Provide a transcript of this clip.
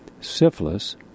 syphilis